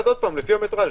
לפי המטראז'.